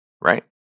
Right